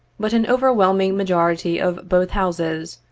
but an overwhelming majority of both houses,